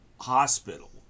hospital